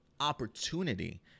opportunity